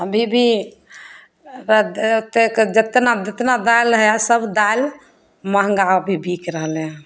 अभी भी ओतेक जेतना जितना दालि हइ सभ दालि महँगा अभी बिक रहलै हँ